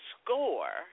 score